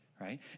right